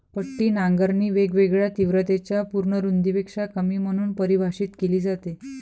पट्टी नांगरणी वेगवेगळ्या तीव्रतेच्या पूर्ण रुंदीपेक्षा कमी म्हणून परिभाषित केली जाते